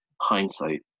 hindsight